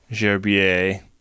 Gerbier